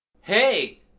Hey